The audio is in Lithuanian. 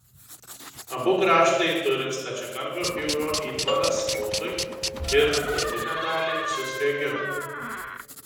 abu grąžtai turi stačiakampio pjūvio įtvaras kotui ir darbinę dalį su sriegiu